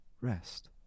rest